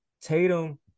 Tatum